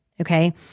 Okay